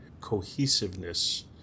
cohesiveness